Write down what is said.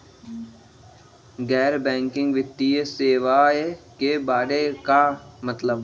गैर बैंकिंग वित्तीय सेवाए के बारे का मतलब?